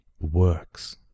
works